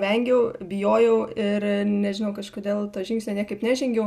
vengiau bijojau ir nežinau kažkodėl to žingsnio niekaip nežengiau